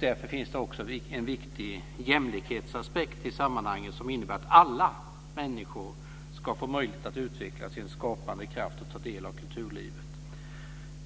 Därför finns det också en viktig jämlikhetsaspekt i sammanhanget, som innebär att alla människor ska få möjlighet att utveckla sin skapande kraft och ta del av kulturlivet.